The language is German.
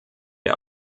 der